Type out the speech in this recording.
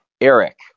eric